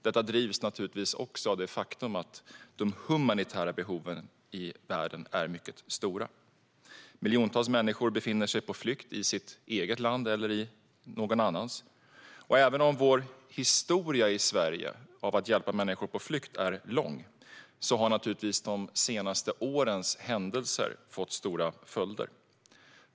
Detta drivs även av det faktum att de humanitära behoven i världen är mycket stora. Miljontals människor befinner sig på flykt, i sitt eget eller någon annans land. Även om vår historia i Sverige av att hjälpa människor på flykt är lång har de senaste årens händelser fått stora följder.